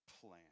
plan